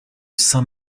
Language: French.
saint